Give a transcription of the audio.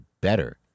better